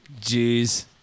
Jeez